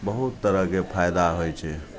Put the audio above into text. बहुत तरहके फायदा होइ छै